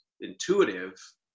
intuitive